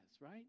right